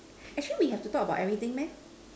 actually we have to talk about everything meh